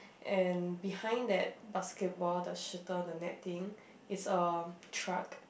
and behind that basketball the shooter the net thing is a truck